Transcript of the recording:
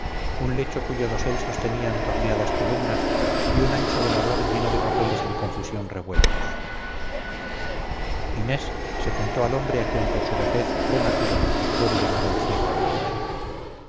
un lecho cuyo dosel sostenían torneadas columnas y un ancho velador lleno de papeles en confusión revueltos inés se juntó al hombre a quien por su vejez prematura puedo llamar anciano